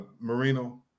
Marino